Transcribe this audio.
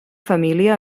família